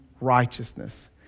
righteousness